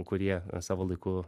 kurie savo laiku